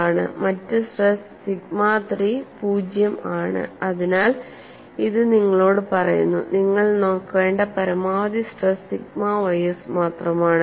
മറ്റ് stress sigma 3 0 ആണ് അതിനാൽ ഇത് നിങ്ങളോട് പറയുന്നു നിങ്ങൾ നോക്കേണ്ട പരമാവധി സ്ട്രെസ് സിഗ്മ ys മാത്രമാണ്